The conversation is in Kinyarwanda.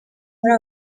muri